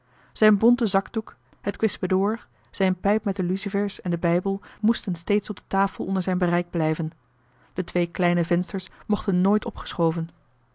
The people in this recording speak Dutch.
zijn bonte zakdoek het kwispe door zijn pijp met de lucifers en de bijbel moesten steeds op de tafel onder zijn bereik blijven de twee kleine vensters mochten nooit opgeschoven